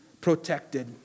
protected